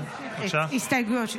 מסירה הסתייגויות ל-41,